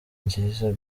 nziza